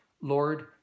Lord